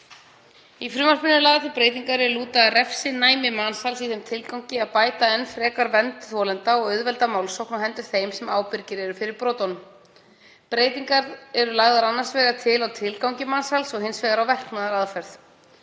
Í frumvarpinu eru lagðar til breytingar er lúta að refsinæmi mansals í þeim tilgangi að bæta enn frekar vernd þolenda og auðvelda málsókn á hendur þeim sem ábyrgir eru fyrir brotunum. Annars vegar eru lagðar til breytingar á tilgangi mansals og hins vegar á verknaðaraðferð.